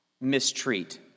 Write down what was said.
mistreat